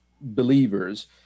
believers